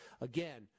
Again